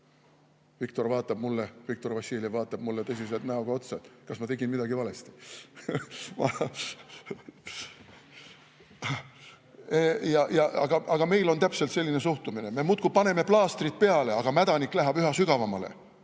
otsast ära. Viktor Vassiljev vaatab mulle tõsise näoga otsa, et kas ma tegin midagi valesti. Aga meil on täpselt selline suhtumine: me muudkui paneme plaastrit peale ning mädanik läheb üha sügavamale